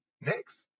Next